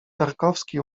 tarkowski